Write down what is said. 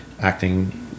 acting